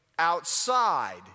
outside